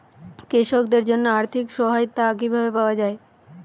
কৃষকদের জন্য আর্থিক সহায়তা কিভাবে পাওয়া য়ায়?